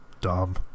Dumb